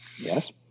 Yes